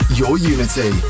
yourunity